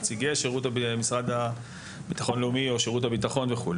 נציגי המשרד לביטחון לאומי או שירות הביטחון וכו',